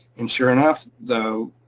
and sure enough, the